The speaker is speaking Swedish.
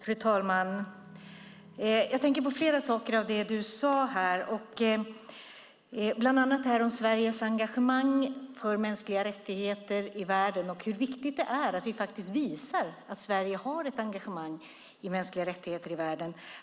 Fru talman! Jag tänker på flera saker av det Elisabeth Björnsdotter Rahm sade, bland annat hur viktigt det är att vi visar att Sverige har ett engagemang för mänskliga rättigheter i världen.